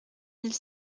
mille